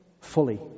fully